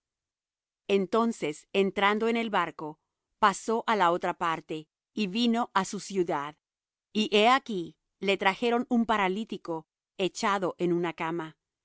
entonces entrando en el barco pasó á la otra parte y vino á su ciudad y he aquí le trajeron un paralítico echado en una cama